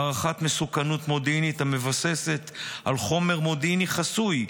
הערכת מסוכנות מודיעינית המבוססת על חומר מודיעיני חסוי,